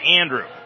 Andrew